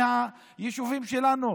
מהיישובים שלנו.